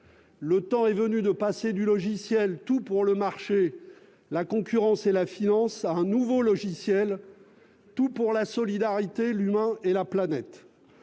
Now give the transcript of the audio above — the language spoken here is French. Le temps est venu de passer du logiciel du « tout pour le marché, la concurrence et la finance » à celui du « tout pour la solidarité, l'humain et la planète